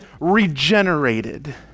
regenerated